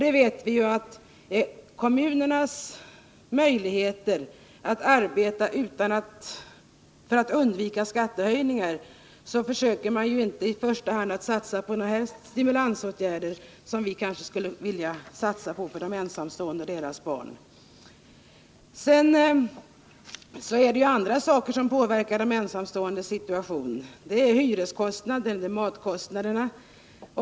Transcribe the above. Eftersom kommunerna försöker undvika skattehöjningar, satsar de inte i första hand på sådana stimulansåtgärder som vi kanske skulle vilja satsa på för de ensamstående och deras barn. Även andra saker såsom hyreskostnaderna och matkostnaderna påverkar de ensamståendes situation.